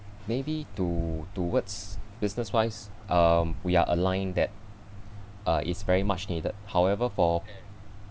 maybe to towards business wise um we are aligned that uh it's very much needed however for